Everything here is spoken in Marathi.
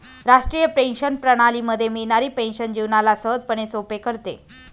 राष्ट्रीय पेंशन प्रणाली मध्ये मिळणारी पेन्शन जीवनाला सहजसोपे करते